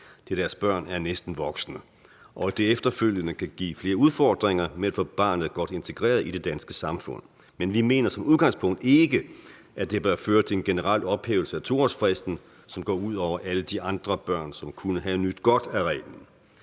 deres børn er næsten voksne, og at det efterfølgende kan give flere udfordringer med at få barnet godt integreret i det danske samfund. Men vi mener som udgangspunkt ikke, at det bør føre til en generel ophævelse af 2-årsfristen, som går ud over alle de andre børn, som kunne have nydt godt af reglen.